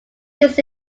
this